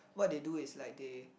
what they do is like they